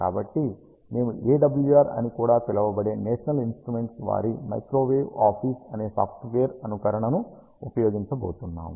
కాబట్టి మేము AWR అని కూడా పిలువబడే నేషనల్ ఇన్స్ట్రుమెంట్స్ వారి మైక్రోవేవ్ ఆఫీస్ అనే సాఫ్ట్వేర్ అనుకరణ ను ఉపయోగించబోతున్నాము